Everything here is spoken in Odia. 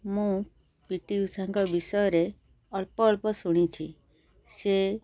ମୁଁ ପି ଟି ଉଷାଙ୍କ ବିଷୟରେ ଅଳ୍ପ ଅଳ୍ପ ଶୁଣିଛି ସେ